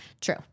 True